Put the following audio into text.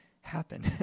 happen